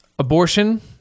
abortion